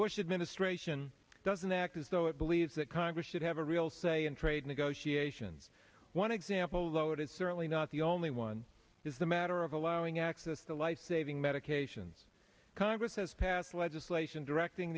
bush administration doesn't act as though it believes that congress should have a real say in trade negotiations one example though it is certainly not the only one is the matter of allowing access to lifesaving medications congress has passed legislation directing